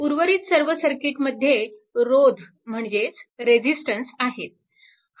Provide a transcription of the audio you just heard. उर्वरित सर्व सर्किटमध्ये रोध म्हणजेच रेजिस्टन्स आहेत